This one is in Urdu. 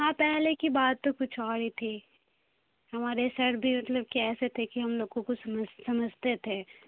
ہاں پہلے کی بات تو کچھ اور ہی تھی ہمارے سر بھی مطلب کہ ایسے تھے کہ ہم لوگ کو کچھ سمجھتے تھے